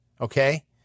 okay